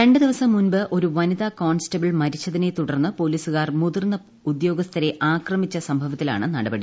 രണ്ട് ദിവസം മുമ്പ് ഒരു വനിതാ കോൺസ്റ്റബിൾ മരിച്ചതിനെ തുടർന്ന് പൊലീസുകാർ മുതിർന്ന ഉദ്യോഗസ്ഥരെ ആക്രമിച്ച സംഭവത്തിലാണ് നടപടി